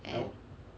and